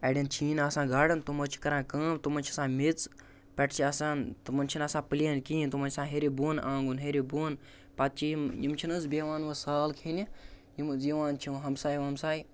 اَڑٮ۪ن چھِیی نہَ آسان گارڈَن تِم حظ چھِ کَران کٲم تِم حظ چھِ آسان میٚژ پٮ۪ٹھٕ چھِ آسان تِمَن چھِنہٕ آسان پُلین کِہیٖنٛۍ تِمَن چھُ آسان ہیٚرِ بۄن آنٛگُن ہیٚرِ بۄن پَتہٕ چھِ یِم یِم چھِنہٕ حظ بیٚہوان وۄنۍ سال کھیٚنہِ یِم حظ یِوان چھِ ہمساے وَمساے